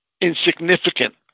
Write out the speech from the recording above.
insignificant